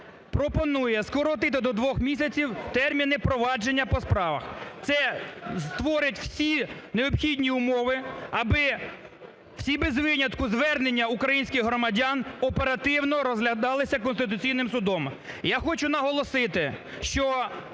пропонує скоротити до двох місяців терміни провадження по справах. Це створить всі необхідні умови, або всі без винятку звернення українських громадян оперативно розглядалися Конституційним Судом. Я хочу наголосити, що